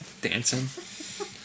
dancing